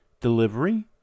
delivery